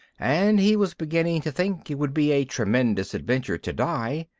and he was beginning to think it would be a tremendous adventure to die,